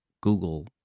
Google